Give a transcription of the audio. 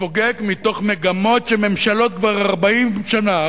יתפוגג מתוך מגמות שממשלות כבר 40 שנה,